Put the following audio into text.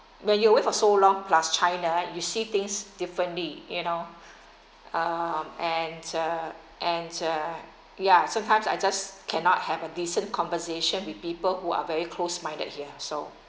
when you away for so long plus china you see things differently you know um and uh and uh ya sometimes I just cannot have a decent conversation with people who are very close minded here so